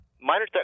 Minor